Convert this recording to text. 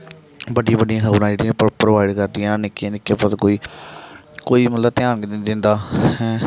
बड्डियां बड्डियां खब़रां जेह्ड़ी प्रोवाइड करदियां निक्के निक्के मतलब कोई मतलब ध्यान नेईं दिंदा ऐ